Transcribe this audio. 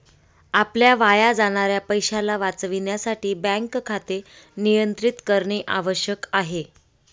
आपल्या वाया जाणाऱ्या पैशाला वाचविण्यासाठी बँक खाते नियंत्रित करणे आवश्यक आहे